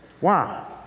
Wow